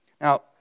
Now